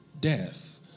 death